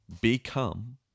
become